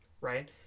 right